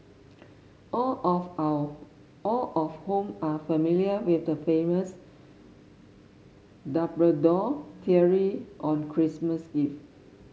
all of all all of whom are familiar with the famous Dumbledore theory on Christmas gift